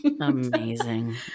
Amazing